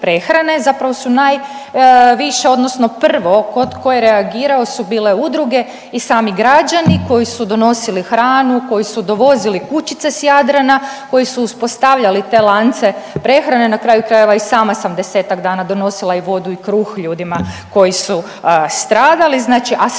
Zapravo su najviše, odnosno prvo tko je reagirao su bile udruge i sami građani koji su donosili hranu, koji su dovozili kućice s Jadrana, koji su uspostavljali te lance prehrane. Na kraju krajeva i sama sam desetak dana donosila i vodu i kruh ljudima koji su stradali, znači a svi